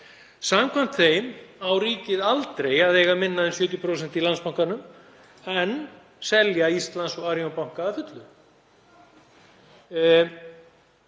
Samkvæmt þeim á ríkið aldrei að eiga minna en 70% í Landsbankanum en selja Íslandsbanka og Arion banka að fullu.